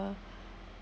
uh